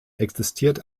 existiert